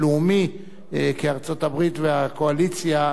והקואליציה התערב באותם נושאים.